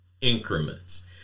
increments